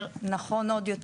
נכון?